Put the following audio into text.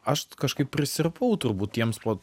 aš kažkaip prisirpau turbūt tiems po